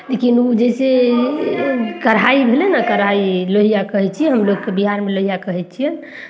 लेकिन ओ जैसे कढ़ाइ भेलै ने कढ़ाइ लोहिया कहै छियै हमलोगके बिहारमे लोहिया कहै छियै